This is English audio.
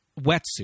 wetsuit